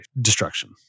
destruction